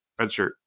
redshirt